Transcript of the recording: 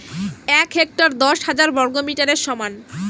এক হেক্টর দশ হাজার বর্গমিটারের সমান